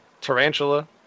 Tarantula